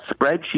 spreadsheet